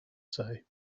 say